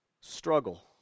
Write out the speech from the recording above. struggle